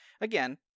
Again